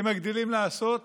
אתם מגדילים לעשות